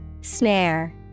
Snare